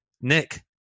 Nick